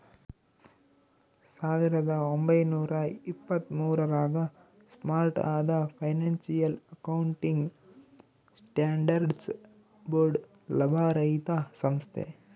ಸಾವಿರದ ಒಂಬೈನೂರ ಎಪ್ಪತ್ತ್ಮೂರು ರಾಗ ಸ್ಟಾರ್ಟ್ ಆದ ಫೈನಾನ್ಸಿಯಲ್ ಅಕೌಂಟಿಂಗ್ ಸ್ಟ್ಯಾಂಡರ್ಡ್ಸ್ ಬೋರ್ಡ್ ಲಾಭರಹಿತ ಸಂಸ್ಥೆ